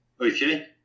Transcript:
okay